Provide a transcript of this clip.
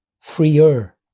freer